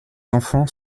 enfants